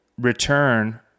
return